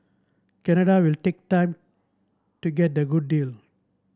Canada will take time to get a good deal